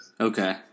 Okay